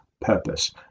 purpose